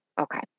Okay